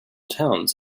towns